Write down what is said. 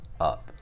up